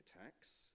attacks